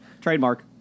Trademark